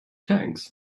tanks